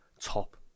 top